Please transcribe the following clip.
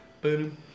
Boom